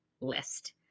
list